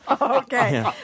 Okay